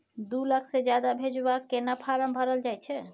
दू लाख से ज्यादा भेजबाक केना फारम भरल जाए छै?